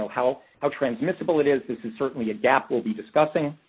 so how how transmissible it is. this is certainly a gap we'll be discussing.